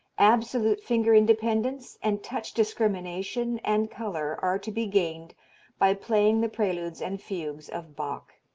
absolute finger independence and touch discrimination and color are to be gained by playing the preludes and fugues of bach.